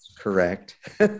correct